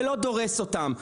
ולא דורס אותם.